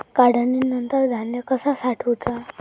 काढणीनंतर धान्य कसा साठवुचा?